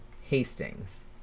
Hastings